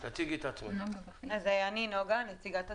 אני נציגת הזוגות.